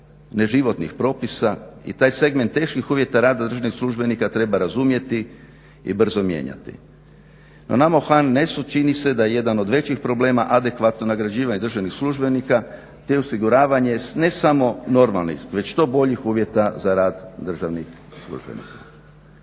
neživotnih propisa i taj segment teških uvjeta rada državnih službenika treba razumjeti i brzo mijenjati. No, nama u HNS-u čini se da je jedan od većih problema adekvatno nagrađivanje državnih službenika, te osiguravanje ne samo normalnih već što boljih uvjeta za rad državnih službenika.